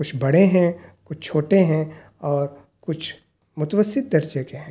کچھ بڑے ہیں کچھ چھوٹے ہیں اور کچھ متوسط درجے کے ہیں